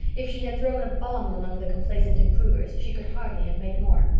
if she had thrown a bomb among the complacent improvers she could hardly have made more.